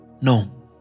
No